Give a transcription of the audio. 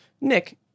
Nick